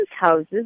houses